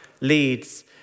leads